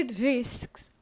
risks